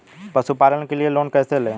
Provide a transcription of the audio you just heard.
पशुपालन के लिए लोन कैसे लें?